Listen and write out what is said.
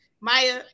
Maya